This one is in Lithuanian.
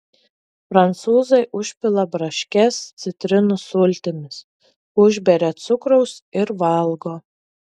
prancūzai užpila braškes citrinų sultimis užberia cukraus ir valgo